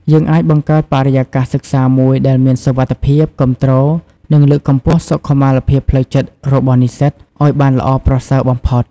យើងអាចបង្កើតបរិយាកាសសិក្សាមួយដែលមានសុវត្ថិភាព គាំទ្រ និងលើកកម្ពស់សុខុមាលភាពផ្លូវចិត្តរបស់និស្សិតឱ្យបានល្អប្រសើរបំផុត។